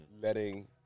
letting